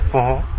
paul